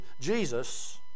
Jesus